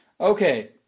Okay